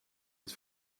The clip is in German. uns